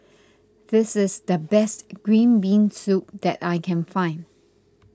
this is the best Green Bean Soup that I can find